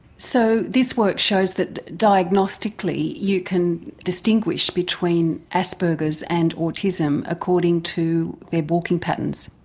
so this work shows that diagnostically you can distinguish between asperger's and autism according to their walking patterns?